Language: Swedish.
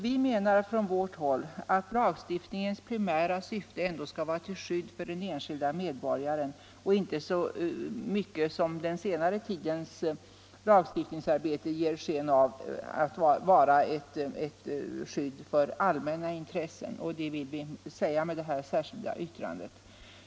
Vi menar att lagstiftningens primära syfte skall vara att skydda den enskilde medborgaren och inte så mycket som den senare tidens lagstiftningsarbete ger sken av utgöra ett skydd för allmänna intressen. Det vill vi säga med det särskilda yttrandet.